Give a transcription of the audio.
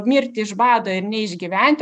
mirt iš bado ir neišgyvent